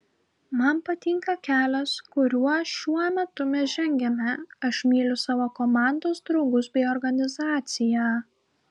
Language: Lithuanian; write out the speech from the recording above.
man patinka kelias kuriuo šiuo metu mes žengiame aš myliu savo komandos draugus bei organizaciją